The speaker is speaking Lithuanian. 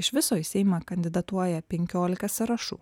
iš viso į seimą kandidatuoja penkiolika sąrašų